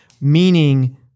meaning